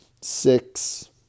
six